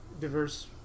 diverse